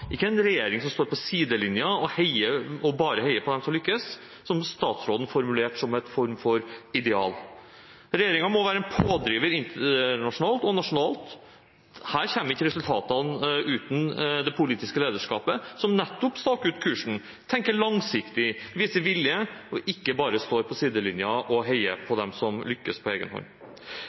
ikke en regjering som står på sidelinjen og bare heier på dem som lykkes, som statsråden formulerte som en form for ideal. Regjeringen må være en pådriver internasjonalt og nasjonalt. Her kommer ikke resultatene uten det politiske lederskapet, som nettopp staker ut kursen, tenker langsiktig, viser vilje og ikke bare står på sidelinjen og heier på dem som lykkes på